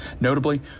Notably